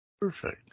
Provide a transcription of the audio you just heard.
Perfect